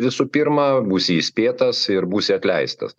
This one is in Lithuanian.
visų pirma būsi įspėtas ir būsi atleistas